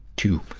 to